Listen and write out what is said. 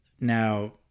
Now